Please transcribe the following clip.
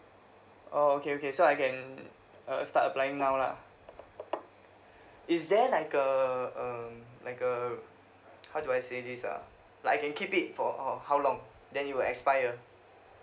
orh okay okay so I can uh start applying now lah is there like a um like a how do I say this uh like I can keep it for for how long thenit will expire